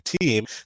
team